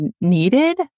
needed